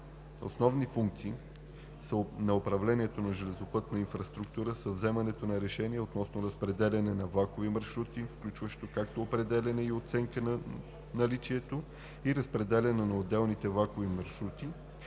„Основни функции“ на управлението на железопътната инфраструктура са вземането на решения относно разпределяне на влаковите маршрути, включващо както определяне и оценка на наличието, и разпределяне на отделните влакови маршрути,